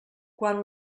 quan